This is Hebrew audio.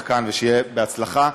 גם אני שמח לראות אותך כאן ושיהיה בהצלחה.